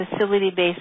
facility-based